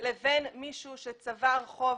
לבין מישהו שצבר חוב,